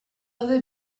daude